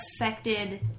affected